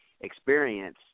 experience